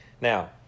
Now